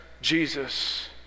Jesus